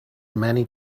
many